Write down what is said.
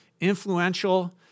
influential